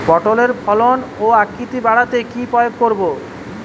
পটলের ফলন ও আকৃতি বাড়াতে কি প্রয়োগ করব?